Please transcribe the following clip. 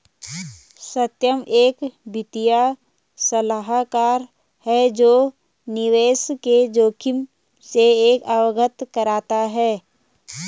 सत्यम एक वित्तीय सलाहकार है जो निवेश के जोखिम से अवगत कराता है